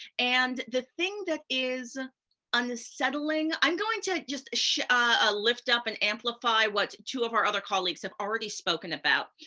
and the thing that is unsettling, i'm going to just ah lift up and amplify what two of our other colleagues have already spoken about.